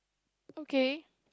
okay